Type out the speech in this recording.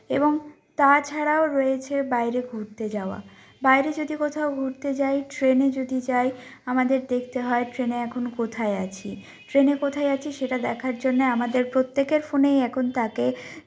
এবং তাছাড়াও রয়েছে বাইরে ঘুরতে যাওয়া বাইরে যদি কোথাও ঘুরতে যাই ট্রেনে যদি যাই আমাদের দেখতে হয় ট্রেনে এখন কোথায় আছি ট্রেনে কোথায় আছি সেটা দেখার জন্যে আমাদের প্রত্যেকের ফোনেই এখন তাকে